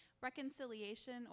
reconciliation